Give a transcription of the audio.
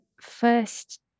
first